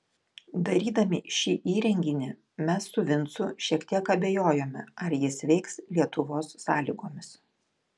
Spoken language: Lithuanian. darydami šį įrenginį mes su vincu šiek tiek abejojome ar jis veiks lietuvos sąlygomis